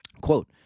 quote